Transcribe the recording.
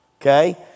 okay